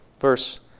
Verse